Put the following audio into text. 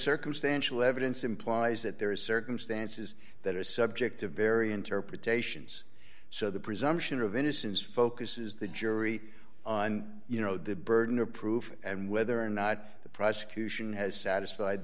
circumstantial evidence implies that there are circumstances that are subject to very interpretations so the presumption of innocence focuses the jury on you know the burden of proof and whether or not the prosecution has satisfied